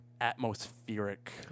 atmospheric